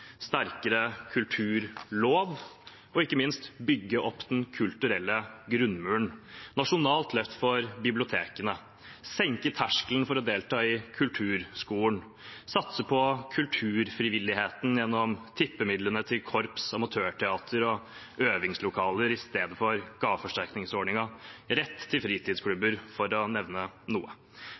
sterkere kulturlov og ikke minst bygge opp den kulturelle grunnmuren. Vi vil ha et nasjonalt løft for bibliotekene, senke terskelen for å delta i kulturskolen, satse på kulturfrivilligheten gjennom tippemidlene, til korps, amatørteater og øvingslokaler i stedet for gaveforsterkningsordningen, rett til fritidsklubber, for å nevne noe.